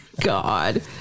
God